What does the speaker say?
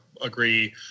agree